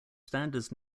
standards